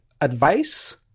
advice